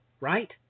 right